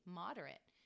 moderate